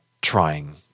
trying